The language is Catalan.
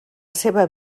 seva